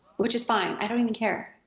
which is fine, i don't even care.